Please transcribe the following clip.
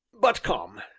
but come,